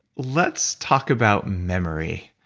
let's talk about memory,